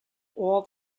all